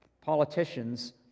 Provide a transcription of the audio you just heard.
politicians